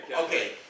Okay